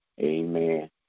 Amen